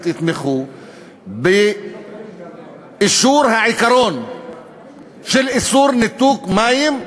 יתמכו באישור העיקרון של איסור ניתוק מים,